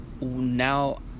now